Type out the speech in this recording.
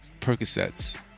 Percocets